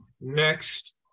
Next